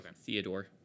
Theodore